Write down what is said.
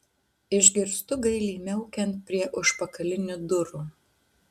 išgirstu gailiai miaukiant prie užpakalinių durų